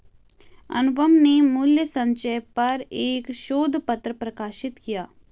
अनुपम ने मूल्य संचय पर एक शोध पत्र प्रकाशित किया